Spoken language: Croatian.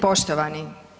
Poštovani.